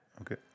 Okay